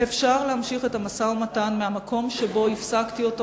אפשר להמשיך את המשא-ומתן מהמקום שבו הפסקתי אותו